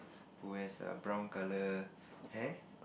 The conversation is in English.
who has a brown colour hair